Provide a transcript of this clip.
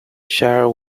shire